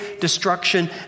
destruction